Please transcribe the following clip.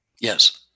Yes